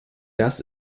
das